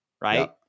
right